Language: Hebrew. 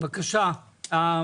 בבקשה,